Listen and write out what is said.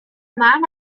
man